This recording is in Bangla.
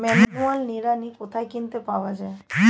ম্যানুয়াল নিড়ানি কোথায় কিনতে পাওয়া যায়?